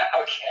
okay